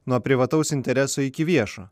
nuo privataus intereso iki viešo